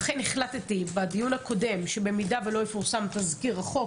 לכן החלטתי בדיון הקודם שאם לא יפורסם תזכיר החוק